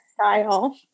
style